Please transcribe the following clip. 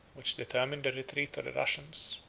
which determined the retreat of the russians,